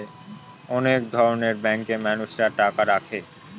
অনেক ধরনের ব্যাঙ্কে মানুষরা টাকা রাখে